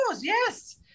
yes